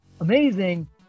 amazing